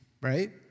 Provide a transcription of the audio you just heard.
right